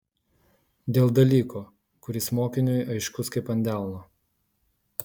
dėl dalyko kuris mokiniui aiškus kaip ant delno